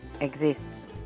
exists